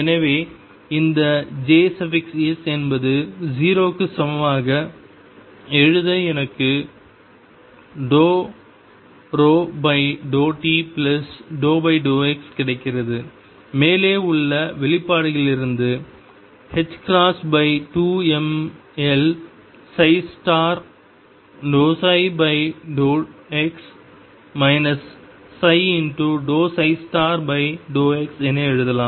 எனவே இந்த jx என்பது 0 க்கு சமமாக எழுத எனக்கு t∂x கிடைக்கிறது மேலே உள்ள வெளிப்பாட்டிலிருந்து 2mi∂ψ∂x ψ∂x என எழுதலாம்